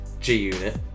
G-Unit